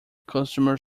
customer